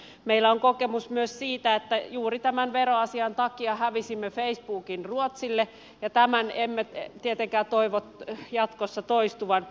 meillä on kokemus myös siitä että juuri tämän veroasian takia hävisimme facebookin ruotsille ja tämän emme tietenkään toivo jatkossa toistuvan